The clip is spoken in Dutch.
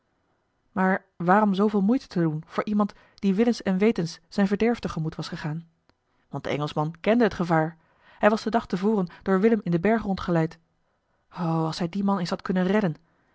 maar waarom zooveel moeite te doen voor iemand die willens en wetens zijn verderf te gemoet was gegaan want de engelschman kende het gevaar hij was den dag te voren door willem in den berg rondgeleid o als hij dien man eens had kunnen redden